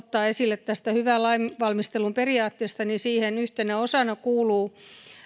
ottaa esille hyvän lainvalmistelun periaatteesta on se että siihen yhtenä osana kuuluu